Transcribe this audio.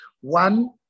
One